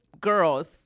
Girls